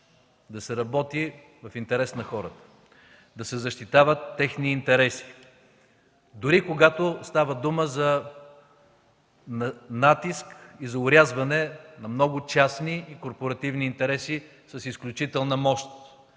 да се работи в интерес на хората, да се защитават техни интереси, дори когато става дума за натиск и за орязване на много частни и корпоративни интереси с изключителна мощ,